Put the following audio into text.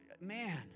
man